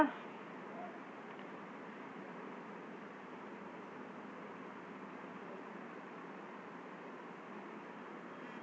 पुजा अपना लेल महिला बचत खाताकेँ चुनलनि